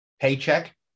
paycheck